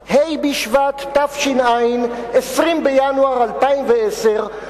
ה' בשבט תש"ע, 20 בינואר 2010,